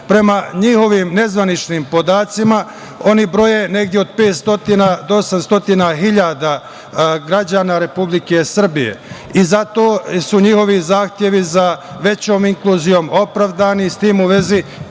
Prema njihovim nezvaničnim podacima, oni broje negde od 500 do 800 hiljada građana Republike Srbije i zato su njihovi zahtevi za većom inkluzijom opravdati. S tim u vezi